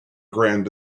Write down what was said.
grand